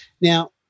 Now